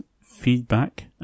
feedback